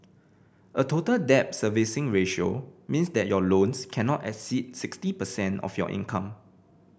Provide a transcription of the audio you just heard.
a Total Debt Servicing Ratio means that your loans cannot exceed sixty percent of your income